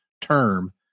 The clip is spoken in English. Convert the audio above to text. term